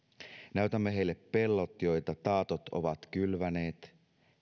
näytämme heille pellot joita taatot ovat kylväneet